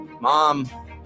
mom